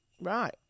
right